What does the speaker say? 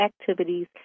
activities